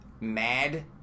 mad